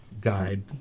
guide